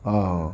অ